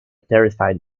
terrified